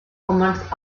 ondanks